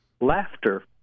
Laughter